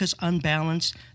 Unbalanced